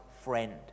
friend